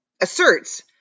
asserts